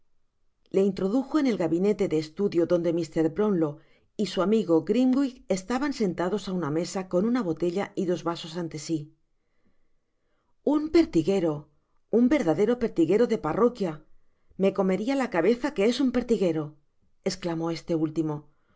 le introdujo en el gabinete de estudio donde mr brownlow y su amigo grimwig estaban sentados á una mesa con una botella y dos vasos ante si un pertiguero un verdadero pertiguero de parroquia me comeria la cabeza que es un pertiguero esclamó este último os